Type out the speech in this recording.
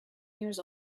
years